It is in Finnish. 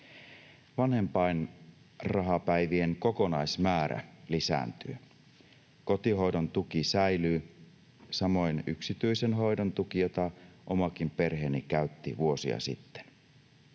Vanhempainrahapäivien kokonaismäärä lisääntyy. Kotihoidon tuki säilyy, samoin yksityisen hoidon tuki, jota omakin perheeni käytti vuosia sitten.